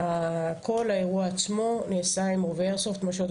כל האירוע עצמו נעשה עם רובה איירסופט - מה שעוד